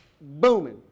booming